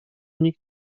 nikt